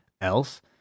else